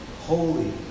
Holy